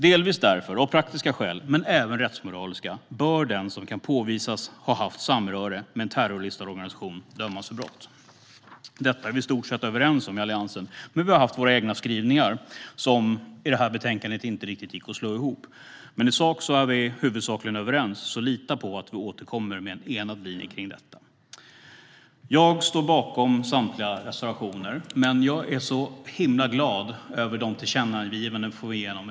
Delvis därför, av praktiska skäl, men även av rättsmoraliska skäl, bör den som kan påvisas ha haft samröre med en terrorlistad organisation dömas för brott. Detta är vi i stort sett överens om i Alliansen, men vi har haft egna skrivningar som i detta betänkande inte har kunnat slås ihop. Men i sak är vi huvudsakligen överens, så lita på att vi återkommer med en enad linje om detta. Jag står bakom samtliga reservationer, men jag är så himla glad över de tillkännagivanden som vi ska få igenom.